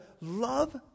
love